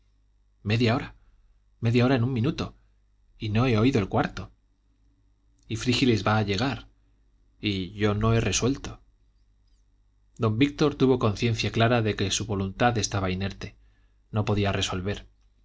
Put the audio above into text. media hora media hora en un minuto y no he oído el cuarto y frígilis va a llegar y yo no he resuelto don víctor tuvo conciencia clara de que su voluntad estaba inerte no podía resolver